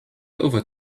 over